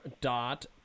dot